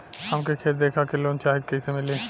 हमके खेत देखा के लोन चाहीत कईसे मिली?